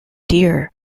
dear